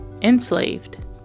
enslaved